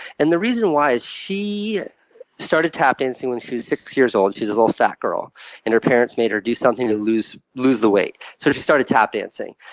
and the reason why is she started tap dancing when she was six years old. she was a little fat girl and her parents made her do something to lose lose the weight, so she started tap dancing.